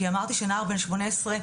כי אמרתי שנער בן שמונה עשרה,